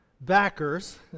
backers